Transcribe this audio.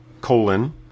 colon